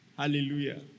Hallelujah